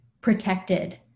protected